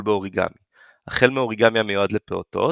באוריגמי – החל מאוריגמי המיועד לפעוטות,